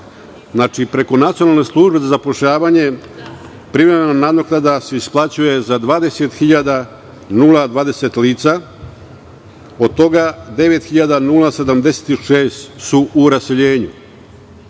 preko Nacionalne službe za zapošljavanje privremena nadoknada se isplaćuje za 20.020 lica, od toga 9.076 su u raseljenju,